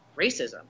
racism